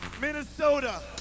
Minnesota